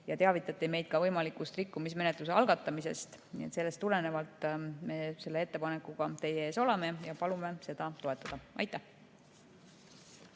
teavitati ka võimalikust rikkumismenetluse algatamisest. Nii et sellest tulenevalt me nüüd selle ettepanekuga teie ees oleme ja palume seda toetada. Aitäh!